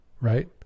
right